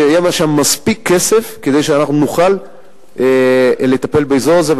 שיהיה שם מספיק כסף כדי שנוכל לטפל באזור הזה,